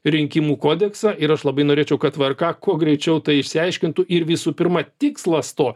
rinkimų kodeksą ir aš labai norėčiau kad vrk kuo greičiau tai išsiaiškintų ir visų pirma tikslas to